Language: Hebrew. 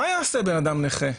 מה יעשה בן-אדם נכה?